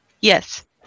Yes